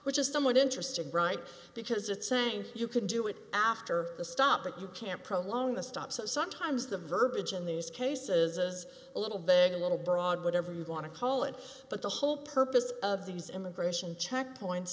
which is somewhat interesting bright because it's saying you can do it after the stop but you can't prolonging the stop so sometimes the verbiage in these cases is a little bit a little broad whatever you want to call it but the whole purpose of these immigration checkpoints